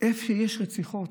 איפה שיש רציחות,